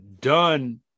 done